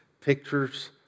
pictures